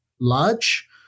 large